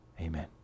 Amen